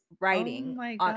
writing